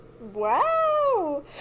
Wow